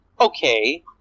okay